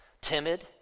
timid